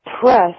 press